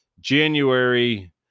January